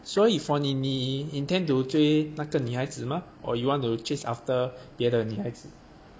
所以 for 你你 intend to 追那个女孩子嘛 or you want to chase after 别的女孩子